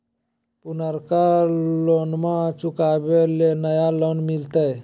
पुर्नका लोनमा चुकाबे ले नया लोन मिलते?